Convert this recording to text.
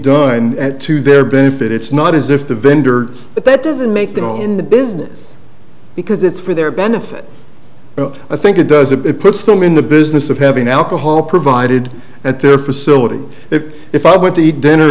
and to their benefit it's not as if the vendor but that doesn't make them in the business because it's for their benefit i think it does it puts them in the business of having alcohol provided at their facility if if i were at the dinner